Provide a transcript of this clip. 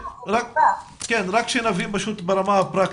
שנבין ברמה הפרקטית.